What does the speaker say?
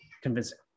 convincing